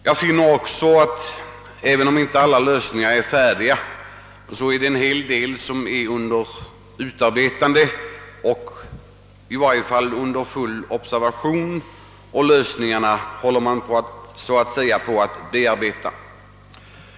Jag finner också att även om inte alla lösningar är färdiga, så är en hel del under utarbetande och olika tänkbara åtgärder i varje fall under övervägande.